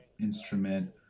instrument